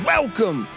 Welcome